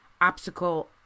obstacle